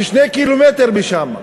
ש-2 קילומטר משם,